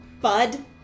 bud